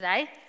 today